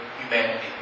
humanity